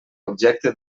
objecte